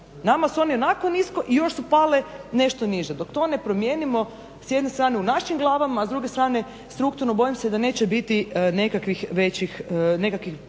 Nama su i onako nisko i još su pale nešto niže. Dok to ne promijenimo s jedne strane u našim glavama, a s druge strane strukturno bojim se da neće biti nekakvih većih nekakvih